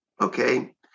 Okay